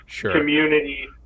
community